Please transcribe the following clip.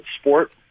sport